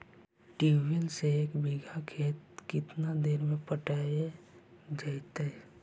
Tubewell से एक बिघा खेत केतना देर में पटैबए जितै?